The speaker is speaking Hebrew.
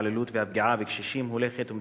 ההתעללות והפגיעה בקשישים הולכת ומתרחבת,